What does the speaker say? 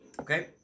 Okay